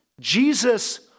Jesus